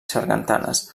sargantanes